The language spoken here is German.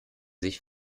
sich